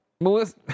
Melissa